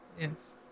Yes